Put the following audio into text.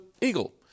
eagle